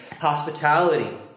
hospitality